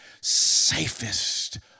safest